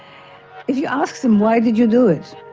if you asked them, why did you do it?